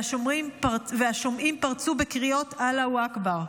והשומעים פרצו בקריאות "אללה אכבר".